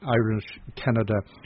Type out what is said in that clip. Irish-Canada